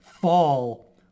fall